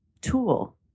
tool